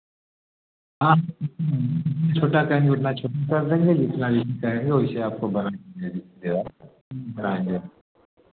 हाँ छोटा कहेंगे उतना छोटा कर देंगे जितना जो कहेंगे एसे आपको बना कर दे देंगे बना के